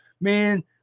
Man